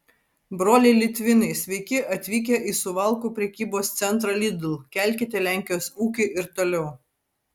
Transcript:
broliai litvinai sveiki atvykę į suvalkų prekybos centrą lidl kelkite lenkijos ūkį ir toliau